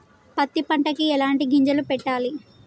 పత్తి పంటకి ఎలాంటి గింజలు పెట్టాలి?